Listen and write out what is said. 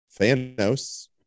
Thanos